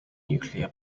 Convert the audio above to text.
nuclear